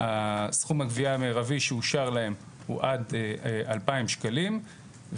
סכום הגבייה המירבי שאושר להם הוא עד 2,000 שקלים,